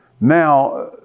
Now